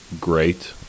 great